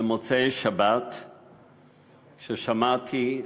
במוצאי-שבת כששמעתי,